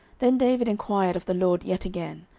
then david enquired of the lord yet again.